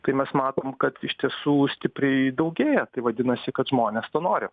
tai mes matom kad iš tiesų stipriai daugėja tai vadinasi kad žmonės to nori